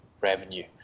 revenue